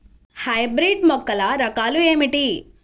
Hybrid మొక్కల రకాలు ఏమిటీ?